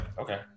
okay